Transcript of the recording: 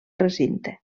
recinte